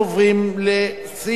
אמרתי שזה